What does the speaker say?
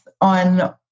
on